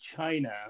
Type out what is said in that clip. China